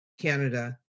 Canada